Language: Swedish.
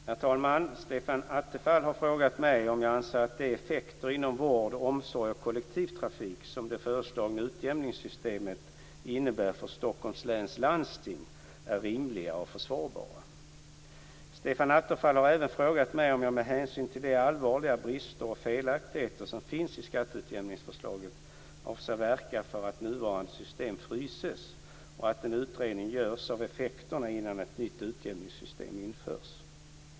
Herr talman! Stefan Attefall har frågat mig om jag anser att de effekter inom vård, omsorg och kollektivtrafik som det föreslagna utjämningssystemet innebär för Stockholms läns landsting är rimliga och försvarbara. Stefan Attefall har även frågat mig om jag med hänsyn till de allvarliga brister och felaktigheter som finns i skatteutjämningsförslaget avser verka för att nuvarande system fryses och att en utredning görs av effekterna innan ett nytt utjämningssystem införs.